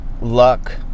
luck